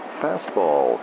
fastball